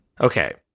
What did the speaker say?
Okay